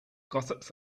gossips